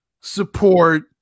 support